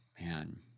man